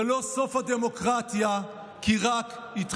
זה לא סוף הדמוקרטיה, כי רק התחלנו.